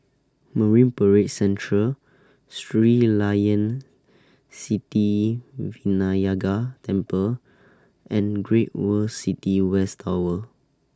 Marine Parade Central Sri Layan Sithi Vinayagar Temple and Great World City West Tower